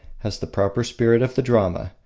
has the proper spirit of the drama,